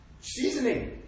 seasoning